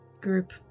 group